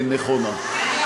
שאלה.